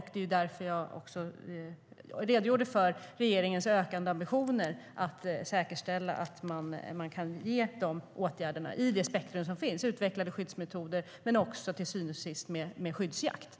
Det var därför jag redogjorde för regeringens ökande ambitioner att säkerställa att man kan genomföra åtgärder i det spektrum som finns genom utvecklade skyddsmetoder men också genom skyddsjakt.